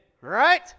right